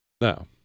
Now